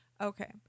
Okay